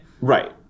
right